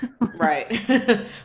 Right